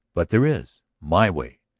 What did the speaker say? but there is! my way,